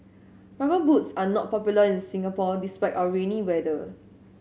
Rubber Boots are not popular in Singapore despite our rainy weather